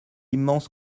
immense